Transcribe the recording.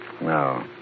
No